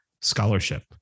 scholarship